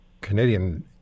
Canadian